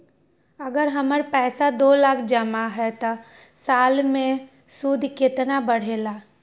अगर हमर पैसा दो लाख जमा है त साल के सूद केतना बढेला?